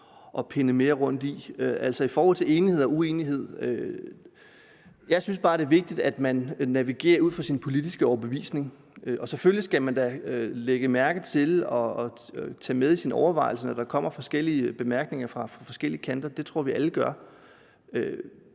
at pinde mere ud. Altså, i forhold til enighed og uenighed synes jeg bare, det er vigtigt, at man navigerer ud fra sin politiske overbevisning. Selvfølgelig skal man da lægge mærke til det og tage det med i sine overvejelser, når der kommer forskellige bemærkninger fra forskellige kanter, det tror jeg vi alle gør.